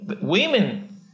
Women